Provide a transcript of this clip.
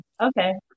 Okay